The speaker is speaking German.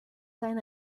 sein